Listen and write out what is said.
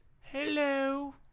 Hello